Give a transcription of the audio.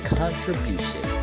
contribution